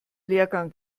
lehrgang